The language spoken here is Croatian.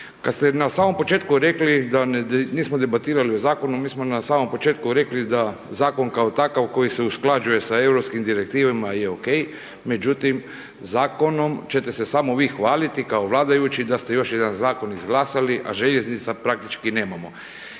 Kad ste na samom početku rekli da nismo debatirali o zakonu, mi smo na samom početku rekli da zakon kao takav, koji se usklađuje s europskim direktivama je okej, međutim, zakonom ćete se samo vi hvaliti kao vladajući da ste još jedan zakon izglasali, a željeznica praktički nemamo.